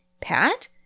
Pat